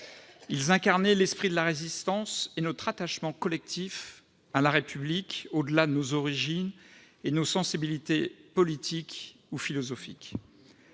Ils incarnaient l'esprit de la Résistance et notre attachement collectif à la République, au-delà de nos origines et de nos sensibilités politiques ou philosophiques.